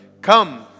Come